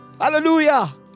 Hallelujah